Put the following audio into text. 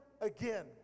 again